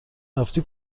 رفتی